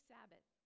Sabbath